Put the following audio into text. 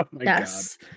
Yes